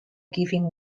giving